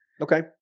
Okay